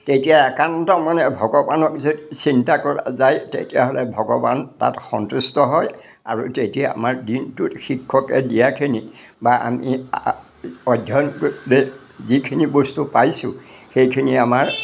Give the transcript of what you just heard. তেতিয়া একান্ত মনে ভগৱানক যদি চিন্তা কৰা যায় তেতিয়াহ'লে ভগৱান তাত সন্তুষ্ট হয় আৰু তেতিয়া আমাৰ দিনটোত শিক্ষকে দিয়াখিনি বা আমি আ অধ্যয়ন যিখিনি বস্তু পাইছোঁ সেইখিনি আমাৰ